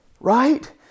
right